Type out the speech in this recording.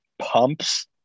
pumps